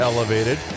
Elevated